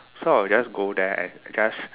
so I will just go there and just